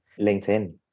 LinkedIn